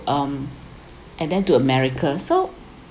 um and then to america so